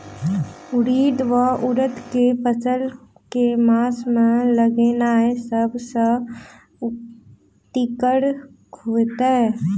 उड़ीद वा उड़द केँ फसल केँ मास मे लगेनाय सब सऽ उकीतगर हेतै?